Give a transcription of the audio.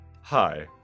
Hi